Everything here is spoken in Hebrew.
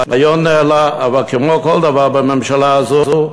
רעיון נעלה, אבל כמו כל דבר בממשלה הזאת,